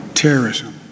terrorism